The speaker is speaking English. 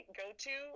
go-to